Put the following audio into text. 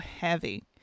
heavy